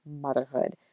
Motherhood